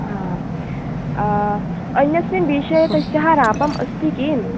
आम् अन्यस्मिन् विषये तस्याः रापम् अस्ति किं